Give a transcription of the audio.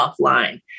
offline